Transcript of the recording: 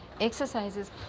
exercises